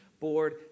board